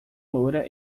loira